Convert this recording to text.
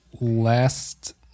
last